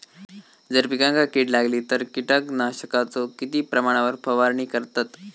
जर पिकांका कीड लागली तर कीटकनाशकाचो किती प्रमाणावर फवारणी करतत?